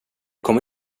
kommer